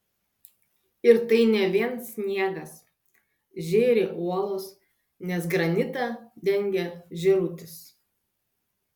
ir tai ne vien sniegas žėri uolos nes granitą dengia žėrutis